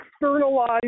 externalize